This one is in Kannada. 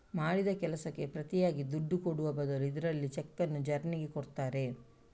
ಮಾಡಿದ ಕೆಲಸಕ್ಕೆ ಪ್ರತಿಯಾಗಿ ದುಡ್ಡು ಕೊಡುವ ಬದಲು ಇದ್ರಲ್ಲಿ ಚೆಕ್ಕನ್ನ ಜನ್ರಿಗೆ ಕೊಡ್ತಾರೆ